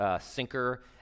sinker